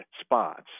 spots